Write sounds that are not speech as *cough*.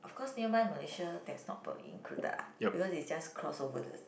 of course nearby Malaysia that's not *noise* included ah because it's just cross over the